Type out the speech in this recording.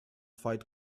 fight